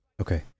Okay